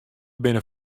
binne